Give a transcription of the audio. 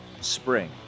spring